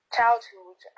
Childhood